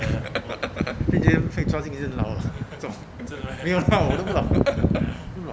惊觉又不可以抓经一真老 leh 一重没有 leh 我不懂